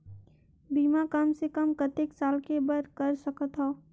बीमा कम से कम कतेक साल के बर कर सकत हव?